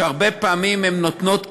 שהרבה פעמים הן נותנות כסף,